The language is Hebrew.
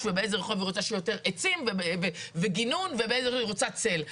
ובאיזה רחוב היא רוצה שיהיה יותר עצים וגינון ובאיזה היא רוצה צל.